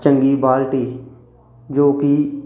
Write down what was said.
ਚੰਗੀ ਬਾਲਟੀ ਜੋ ਕਿ